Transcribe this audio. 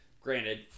granted